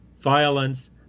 violence